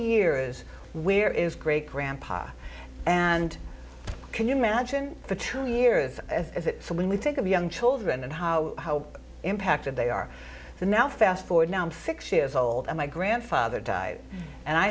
years where is great grandpa and can you imagine for two years is it so when we think of young children and how how impacted they are the now fast forward now and six years old and my grandfather died and i